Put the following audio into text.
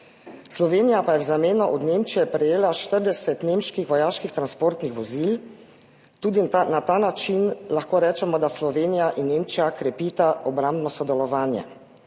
Slovenija pa je v zameno od Nemčije prejela 40 nemških vojaških transportnih vozil. Tudi na ta način lahko rečemo, da Slovenija in Nemčija krepita obrambno sodelovanje.